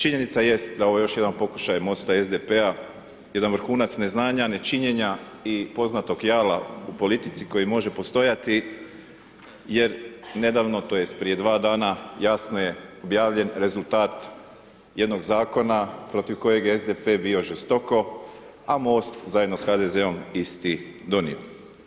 Činjenica jest, da je ovo još jedan pokušaj Mosta i SDP-a, jedan vrhunac neznanja, nečinjena i poznatog jala u politici koji može postojati, jer nedavno, tj. prije 2 dana, jasno je objavljen rezultat jednog zakona, protiv kojeg je SDP-a bio žestoko, a Most, zajedno sa HDZ-om, isti donio.